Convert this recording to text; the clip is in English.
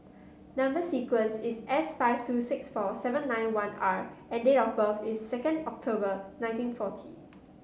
number sequence is S five two six four seven nine one R and date of birth is second October nineteen forty